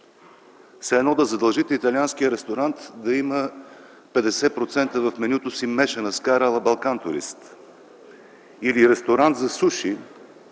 все едно да задължите италиански ресторант да има 50% в менюто си мешана скара „а ла „Балкантурист” или ресторант за суши